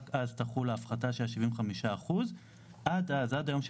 רק אז תחול ההפחתה של 75%. עד יום זה